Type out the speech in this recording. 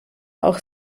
auch